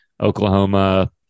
Oklahoma